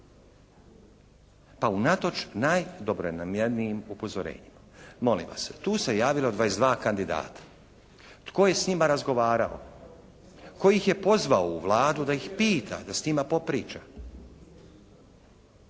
Pa unatoč najdobronamjernijim upozorenjima. Molim vas, tu se javilo 22 kandidata. Tko je s njima razgovarao? Tko ih je pozvao u Vladu da ih pita, da s njima popriča?